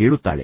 ಕೇಳುತ್ತಾಳೆ